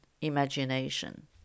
imagination